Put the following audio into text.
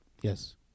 yes